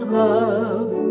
love